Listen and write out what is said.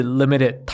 limited